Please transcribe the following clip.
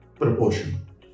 proportion